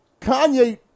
Kanye